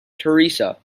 teresa